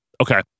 Okay